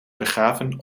begraven